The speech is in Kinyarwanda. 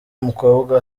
umukobwa